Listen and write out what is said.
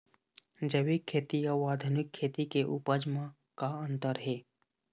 जैविक खेती अउ आधुनिक खेती के उपज म का अंतर हे?